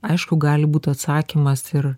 aišku gali būt atsakymas ir